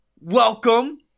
welcome